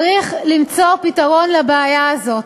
צריך למצוא פתרון לבעיה הזאת.